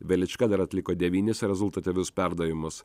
velička dar atliko devynis rezultatyvius perdavimus